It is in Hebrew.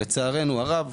לצערנו הרב,